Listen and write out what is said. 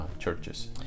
churches